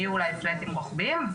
יהיו אולי פלטים רוחביים,